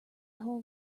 whole